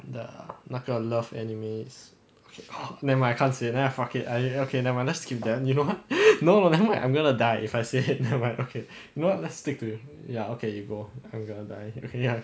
the 那个 love anime is oh okay nevermind I can't say let's skip that then you know what no no nevermind I'm gonna die if I say it nevermind okay let's stick to it ya okay you go I gonna die okay ya